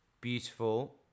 Beautiful